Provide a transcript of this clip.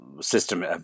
system